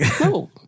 No